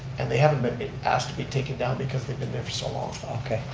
and they haven't been been asked to be taken down because they've been there for so long. okay,